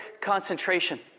Concentration